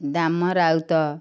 Dama Raut